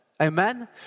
Amen